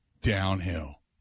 downhill